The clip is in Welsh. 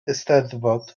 eisteddfod